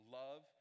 love